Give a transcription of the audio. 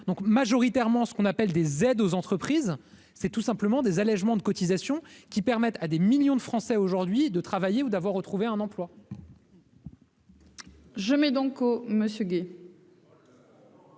donc majoritairement ce qu'on appelle des aides aux entreprises, c'est tout simplement des allégements de cotisations qui permettent à des millions de Français aujourd'hui de travailler ou d'avoir retrouvé un emploi. Je mets donc au monsieur Guy.